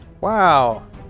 Wow